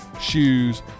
shoes